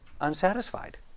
unsatisfied